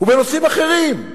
ובנושאים אחרים.